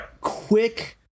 quick